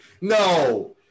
no